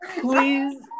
Please